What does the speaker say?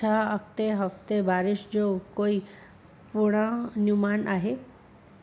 छा अॻिते हफ़्ते बारिशु जो को पूर्वानुमानु आहे